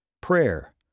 Prayer